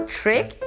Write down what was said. trick